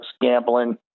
gambling